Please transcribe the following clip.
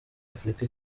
afurika